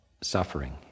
suffering